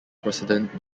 president